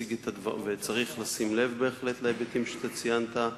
וצריך לשים לב בהחלט להיבטים שאתה ציינת,